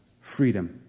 freedom